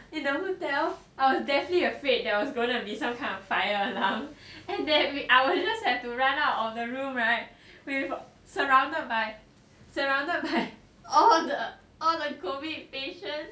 ya it doesn't tell I was deathly afraid that was gonna be some kind of fire alarm and that I will just have to run out of the room right with surrounded by surrounded by all the all the COVID patients